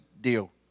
deal